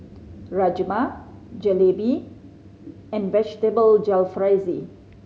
Rajma Jalebi and Vegetable Jalfrezi